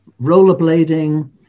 rollerblading